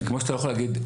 כמו שאתה לא יכול להגיד,